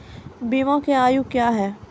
बीमा के आयु क्या हैं?